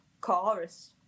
chorus